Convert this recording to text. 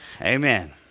Amen